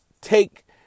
take